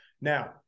Now